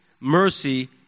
mercy